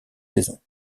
saison